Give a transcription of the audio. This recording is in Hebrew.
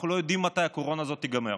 אנחנו לא יודעים מתי הקורונה הזאת תיגמר,